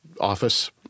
office